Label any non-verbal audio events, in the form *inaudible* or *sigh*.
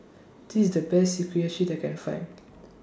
This IS The Best *unintelligible* that I Can Find